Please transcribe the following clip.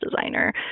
designer